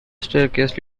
staircase